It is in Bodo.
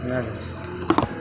बेनो आरो